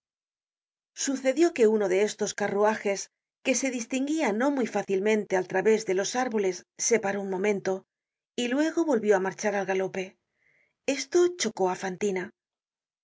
sucedió que uno de estos carruajes que se distinguia no muy fácilmente al través de los árboles se paró un momento y luego volvió á marchar al galope esto chocó á fantina